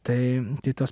tai tos